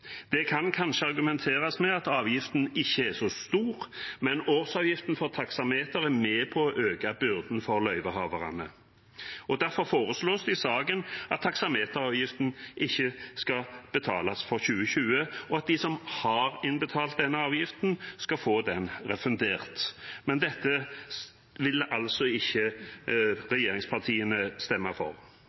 Det kan kanskje argumenteres med at avgiften ikke er så stor, men årsavgiften for taksameteret er med på å øke byrden for løyvehaverne. Derfor foreslås det i saken at taksameteravgiften ikke skal betales for 2020, og at de som har innbetalt denne avgiften, skal få den refundert, men dette vil altså ikke regjeringspartiene stemme for.